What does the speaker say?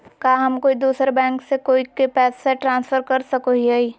का हम कोई दूसर बैंक से कोई के पैसे ट्रांसफर कर सको हियै?